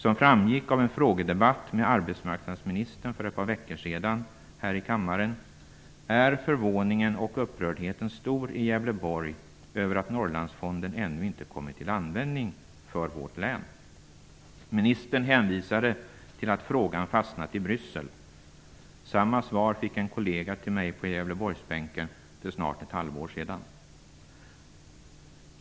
Som framgick av en debatt här i kammaren med arbetsmarknadsministern för ett par veckor sedan, är förvåningen och upprördheten stor i Gävleborg över att Norrlandsfonden ännu inte kommit till användning för vårt län. Ministern hänvisade till att frågan hade fastnat i Bryssel. Samma svar fick en kollega till mig på Gävleborgsbänken för snart ett halvår sedan.